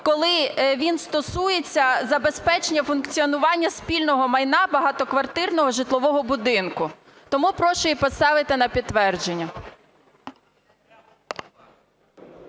коли він стосується забезпечення функціонування спільного майна багатоквартирного житлового будинку. Тому прошу її поставити на підтвердження.